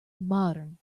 modern